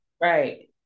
Right